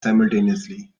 simultaneously